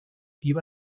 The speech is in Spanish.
iba